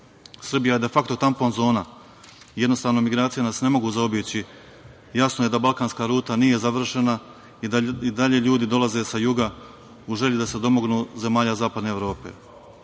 Srbija de fakto tampon zona, jednostavno migracije nas ne mogu zaobići. Jasno je da balkanska ruta nije završena i dalje ljudi dolaze sa juga u želji da se domognu zemalja zapadne Evrope. Mi